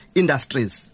industries